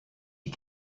you